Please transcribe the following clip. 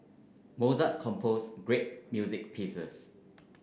Mozart composed great music pieces